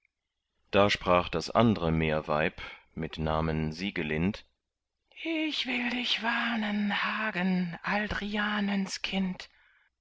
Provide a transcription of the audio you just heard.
da sprach das andre meerweib mit namen siegelind ich will dich warnen hagen aldrianens kind